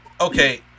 okay